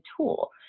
tool